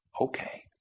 okay